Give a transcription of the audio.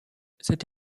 cette